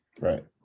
Right